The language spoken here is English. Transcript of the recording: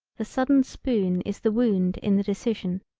the sudden spoon is the wound in the decision.